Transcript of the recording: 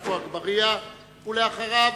תודה רבה.